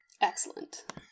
Excellent